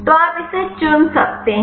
तो आप इसे चुन सकते हैं